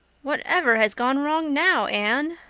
whatever has gone wrong now, anne?